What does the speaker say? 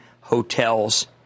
hotels